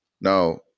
Now